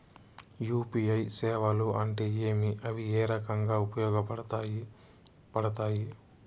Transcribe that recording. UPI సేవలు అంటే ఏమి, అవి ఏ రకంగా ఉపయోగపడతాయి పడతాయి?